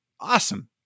awesome